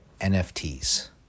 NFTs